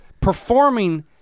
performing